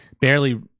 Barely